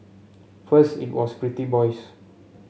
first it was pretty boys